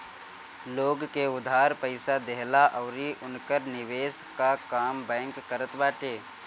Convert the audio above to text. लोग के उधार पईसा देहला अउरी उनकर निवेश कअ काम बैंक करत बाटे